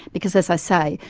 because as i say,